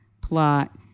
plot